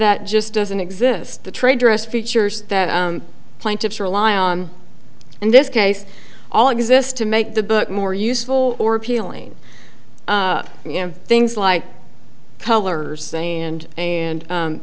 that just doesn't exist the trade dress features that plaintiffs rely on in this case all exist to make the book more useful or appealing things like colors and and